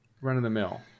run-of-the-mill